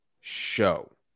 show